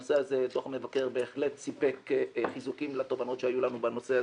בנושא הזה דוח המבקר בהחלט סיפק חיזוקים לתובנות שהיו לנו בנושא הזה.